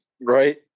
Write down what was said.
Right